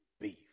beef